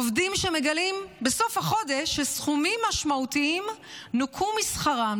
עובדים שמגלים בסוף החודש שסכומים משמעותיים נוכו משכרם,